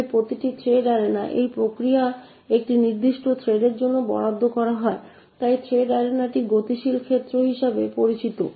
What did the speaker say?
তাই প্রতিটি thread arena সেই প্রক্রিয়ায় একটি নির্দিষ্ট থ্রেডের জন্য বরাদ্দ করা হয় তাই থ্রেড অ্যারেনাটি গতিশীল ক্ষেত্র হিসাবেও পরিচিত